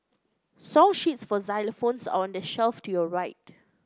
song sheets for xylophones are on the shelf to your right